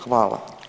Hvala.